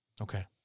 Okay